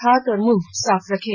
हाथ और मुंह साफ रखें